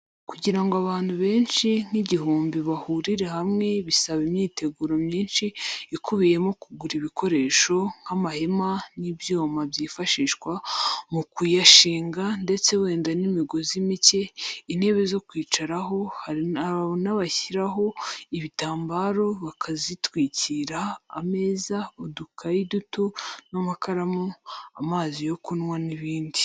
Kugira ngo abantu benshi nk'igihumbi bahurire hamwe bisaba imyiteguro myinshi ikubuyemo kugura ibikoresho, nk'amahema n'ibyuma byifashishwa mu kuyashinga ndetse wenda n'imigozi mike, intebe zo kwicaraho, hari n'abashyiraho ibitambaro bakazitwikira, ameza, udukayi duto n'amakaramu, amazi yo kunywa n'ibindi.